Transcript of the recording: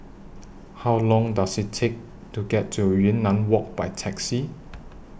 How Long Does IT Take to get to Yunnan Walk By Taxi